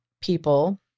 people